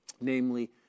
namely